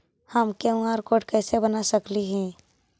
हम QR code कैसे बना सकली ही?